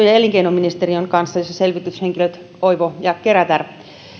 ja elinkeinoministeriön kanssa yhteinen projekti jossa selvityshenkilöt oivo ja kerätär